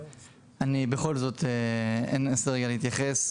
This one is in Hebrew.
אני אנסה להתייחס,